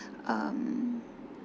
um